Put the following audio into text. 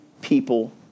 people